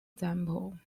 example